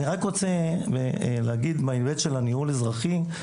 אני רק רוצה להגיד, מההיבט של ניהול אזרחי,